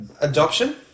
adoption